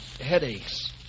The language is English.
headaches